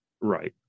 Right